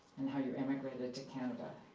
and how you emigrated to canada.